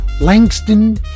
Langston